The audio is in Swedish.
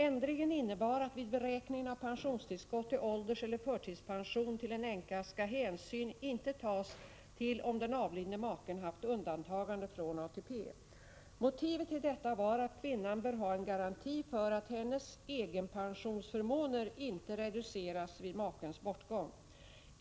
Ändringen innebar att vid beräkningen av pensionstillskott till ålderseller förtidspension till en änka skall hänsyn inte tas till om den avlidne maken haft undantagande från ATP. Motivet till detta var att kvinnan bör ha en garanti för att hennes egenpensionsförmåner inte reduceras vid makens bortgång.